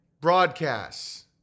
broadcasts